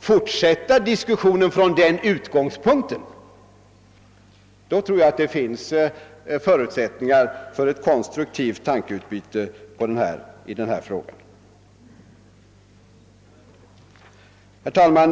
fortsätta diskussionen från den utgångspunkten, tror jag att det finns förutsättningar för ett konstruktivt tankeutbyte. Herr talman!